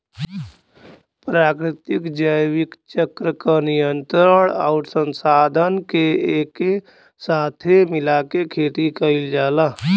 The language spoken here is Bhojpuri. प्राकृतिक जैविक चक्र क नियंत्रण आउर संसाधन के एके साथे मिला के खेती कईल जाला